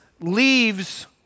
leaves